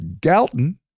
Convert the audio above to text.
Galton